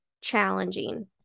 challenging